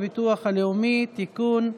הצעת חוק הביטוח הלאומי (תיקון,